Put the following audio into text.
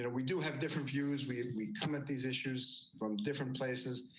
you know we do have different views we and we come at these issues from different places,